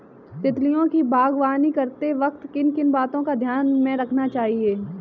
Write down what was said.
तितलियों की बागवानी करते वक्त किन किन बातों को ध्यान में रखना चाहिए?